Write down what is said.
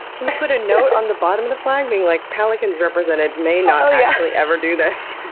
can you put a note on the bottom of the flag being like, pelicans represented may not actually ever do this.